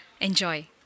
Enjoy